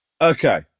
Okay